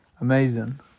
amazing